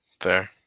Fair